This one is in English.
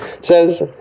says